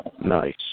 Nice